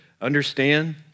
understand